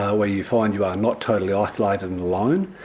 where you find you are not totally isolated and alone,